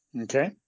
Okay